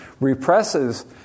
represses